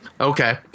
Okay